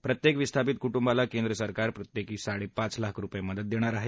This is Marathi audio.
प्रत्येक विस्थापित कु िोोला केंद्र सरकार प्रत्येकी साडे पाच लाख रुपये मदत देणार आहे